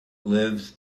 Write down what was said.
lives